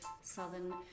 southern